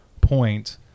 point